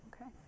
Okay